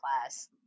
class